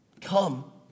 come